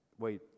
Wait